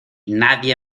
nadie